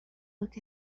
look